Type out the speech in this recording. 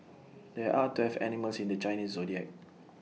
there are twelve animals in the Chinese Zodiac